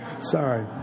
Sorry